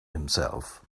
himself